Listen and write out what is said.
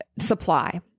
supply